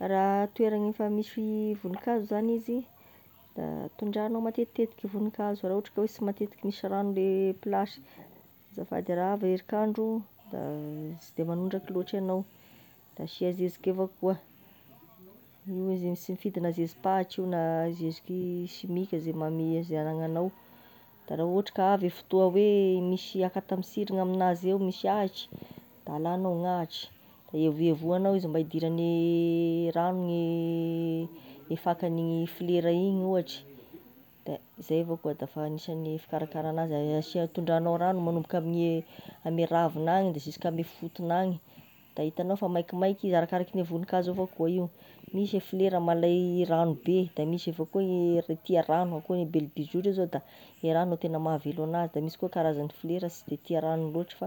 Raha toerany efa misy voninkazo zagny izy, da tondrahagnao matetitetiky voninkazo raha ohatry ka hoe tsy matetiky misy ragno ilay plasy, da raha avy erik'andro da sy de magnondraky loatra anao, de asigna zeziky evao koa koa io zany sy mifidy na zezi-pahatry na zeziky simika izay mami- zay anananao koa raha de ohatry ka avy gne fotoa hoe misy akata misiry gn'aminazy eo misy ahitra de alanao gn'ahitra, de evoevoanao izy mba hidirangne rano gne fakan'ny flera igny ohatry, da zay avao ko de efa agnisagny fikarakara anazy, asia tondrahanao magnomboka aminny a ame ravin'agny de zisk'ame fotogn'agny, da hitanao fa maikimaiky izy, arakaraky gne voninkazo avao koa io, misy e flera malay rano be, de misy avao koa gne tia rano, akoa gne belle de jour e rano e tena mahavelo anazy, de misy koa karazany flera sy de tia rano loatry fa